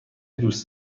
دوست